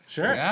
Sure